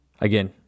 Again